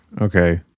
Okay